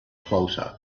closer